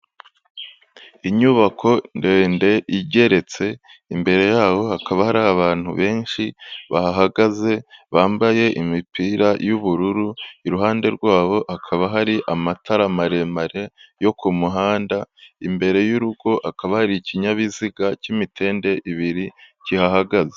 Inyubako ndende igeretse, imbere yaho hakaba hari abantu benshi bahagaze, bambaye imipira y'ubururu, iruhande rwabo hakaba hari amatara maremare yo ku muhanda, imbere y'urugo akaba hari ikinyabiziga cy'imitende ibiri kihahagaze.